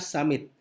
Summit